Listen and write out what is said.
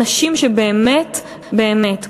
אנשים שבאמת באמת,